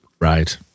right